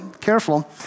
Careful